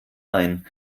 ein